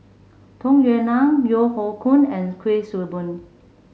Tung Yue Nang Yeo Hoe Koon and Kuik Swee Boon